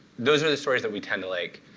those are the stories that we tend to like.